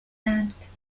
اند